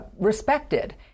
respected